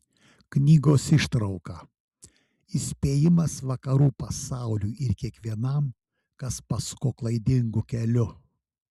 knygos ištrauka įspėjimas vakarų pasauliui ir kiekvienam kas pasuko klaidingu keliu